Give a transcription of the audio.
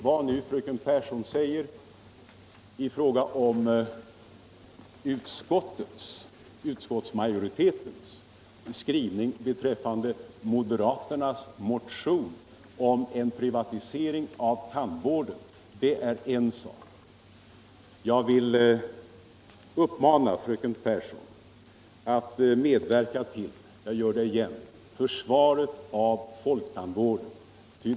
Vad fröken Pehrsson nu säger i fråga om utskottsmajoritetens skrivning beträffande moderaternas motion om en privatisering av tandvården är er såk, men jag vill uppmana fröken Pehrsson — och jag gör det igen — att medverka till försvaret av folktandvården.